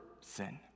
sin